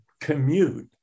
commute